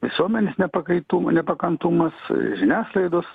visuomenės nepakaitum nepakantumas žiniasklaidos